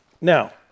Now